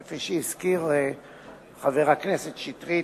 כפי שהזכיר חבר הכנסת שטרית,